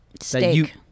Steak